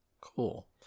Cool